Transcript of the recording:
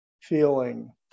feeling